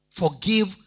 forgive